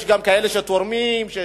יש גם כאלה שתורמים, יש